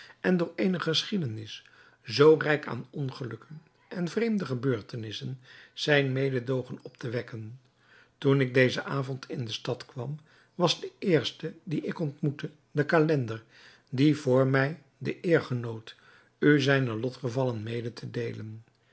en door eene geschiedenis zoo rijk aan ongelukken en vreemde gebeurtenissen zijn mededoogen op te wekken toen ik dezen avond in de stad kwam was de eerste dien ik ontmoette den calender die vr mij de eer genoot u zijne lotgevallen mede te deelen